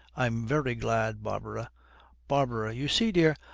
i'm very glad, barbara barbara. you see, dear,